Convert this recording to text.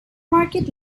market